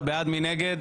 מי נגד,